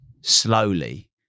slowly